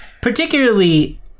particularly